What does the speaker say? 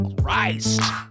Christ